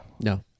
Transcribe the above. No